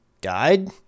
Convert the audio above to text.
died